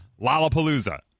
Lollapalooza